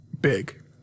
big